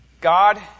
God